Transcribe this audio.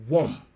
one